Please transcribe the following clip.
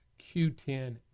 Q10